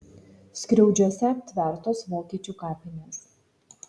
skriaudžiuose aptvertos vokiečių kapinės